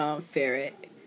ferret